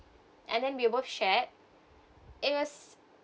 and then we both shared it was